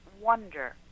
wonder